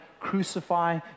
Crucify